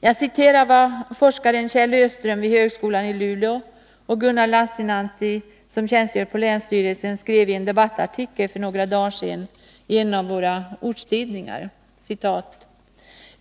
Jag citerar vad forskaren Kjell Öström vid högskolan i Luleå och Gunnar Lassinantti, som tjänstgör på länsstyrelsen, skrev i en debattartikel för några dagar sedan i en av våra ortstidningar: